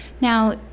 Now